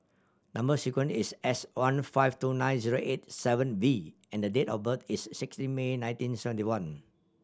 number sequence is S one five two nine zero eight seven V and date of birth is sixteen May nineteen seventy one